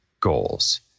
goals